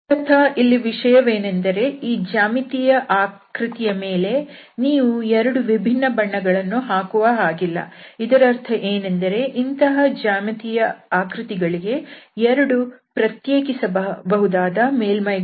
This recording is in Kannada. ಮೂಲತಃ ಇಲ್ಲಿ ವಿಷಯವೇನೆಂದರೆ ಈ ಜ್ಯಾಮಿತಿಯ ಆಕೃತಿಯ ಮೇಲೆ ನೀವು 2 ವಿಭಿನ್ನ ಬಣ್ಣಗಳನ್ನು ಹಾಕುವ ಹಾಗಿಲ್ಲ ಇದರರ್ಥ ಏನೆಂದರೆ ಇಂತಹ ಜ್ಯಾಮಿತಿಯ ಆಕೃತಿಗಳಿಗೆ 2 ಪ್ರತ್ಯೇಕಿಸಬಹುದಾದ ಮೇಲ್ಮೈಗಳಿಲ್ಲ